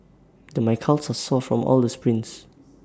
then my calves are sore from all the sprints